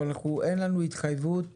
אבל אין לנו התחייבות